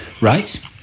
right